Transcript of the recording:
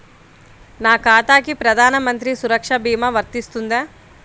నా ఖాతాకి ప్రధాన మంత్రి సురక్ష భీమా వర్తిస్తుందా?